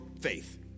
faith